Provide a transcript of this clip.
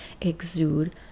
exude